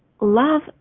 love